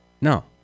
No